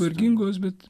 vargingos bet